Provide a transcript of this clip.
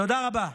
תודה רבה.